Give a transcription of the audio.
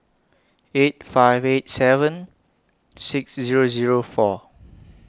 eight five eight seven six Zero Zero four